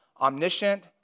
omniscient